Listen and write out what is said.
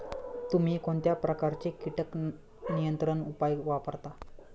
तुम्ही कोणत्या प्रकारचे कीटक नियंत्रण उपाय वापरता?